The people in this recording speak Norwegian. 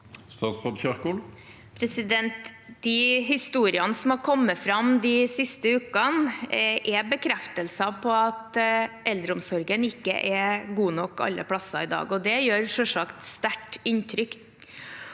De historiene som har kommet fram de siste ukene, er bekreftelser på at eldreomsorgen ikke er god nok alle steder i dag. Det gjør selvsagt sterkt inntrykk.